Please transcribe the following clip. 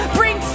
bring